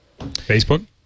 Facebook